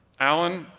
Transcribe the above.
allen,